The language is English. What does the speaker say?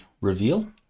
reveal